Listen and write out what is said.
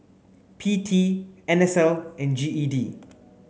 P T N S L and G E D